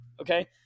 Okay